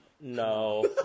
No